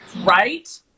Right